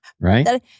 Right